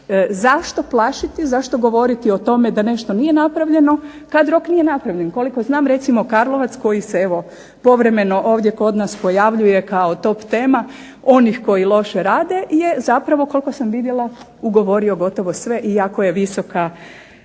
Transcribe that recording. zašto plašiti, zašto govoriti o tome da nešto nije napravljeno kad rok nije napravljen. Koliko znam recimo Karlovac koji se evo povremeno ovdje kod nas pojavljuje kao top tema onih koji loše rade je zapravo koliko sam vidjela ugovorio gotovo sve iako je visoka